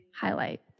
highlight